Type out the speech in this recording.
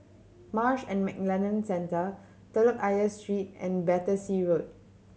Marsh and McLennan Centre Telok Ayer Street and Battersea Road